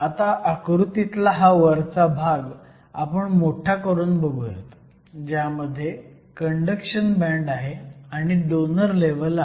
आता आकृतीतला हा वरचा भाग आपण मोठा करून बघुयात ज्यामध्ये कंडक्शन बँड आहे आणि डोनर लेव्हल आहे